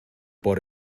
por